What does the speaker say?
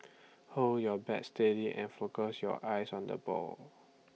hold your bat steady and focus your eyes on the ball